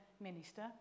minister